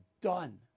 done